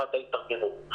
ברמת ההתארגנות.